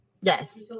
Yes